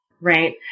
Right